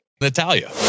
Natalia